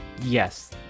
Yes